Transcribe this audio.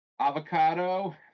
Avocado